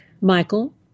Michael